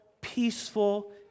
peaceful